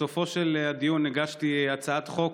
בסופו של הדיון הגשתי הצעת חוק